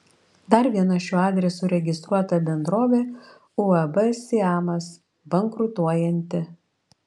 dar viena šiuo adresu registruota bendrovė uab siamas bankrutuojanti